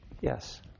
Yes